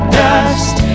dust